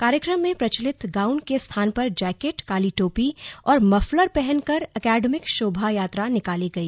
कार्यक्रम में प्रचलित गाउन के स्थान पर जैकेट काली टोपी और मफलर पहन कर एकेडमिक शोभा यात्रा निकाली गई